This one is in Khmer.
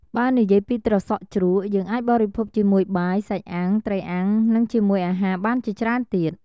បេីនិយាយពីត្រសក់ជ្រក់យេីងអាចបរិភោគជាមួយបាយ សាច់អាំង ត្រីអាំងនិងជាមួយអាហារបានជាច្រេីនទៀត។